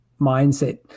mindset